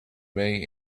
may